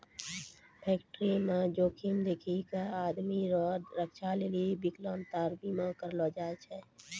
फैक्टरीमे जोखिम देखी कय आमदनी रो रक्षा लेली बिकलांता बीमा करलो जाय छै